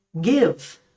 give